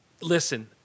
Listen